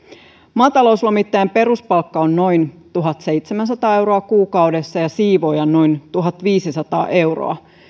maatalouslomittajan peruspalkka on noin tuhatseitsemänsataa euroa kuukaudessa ja siivoojan noin tuhatviisisataa euroa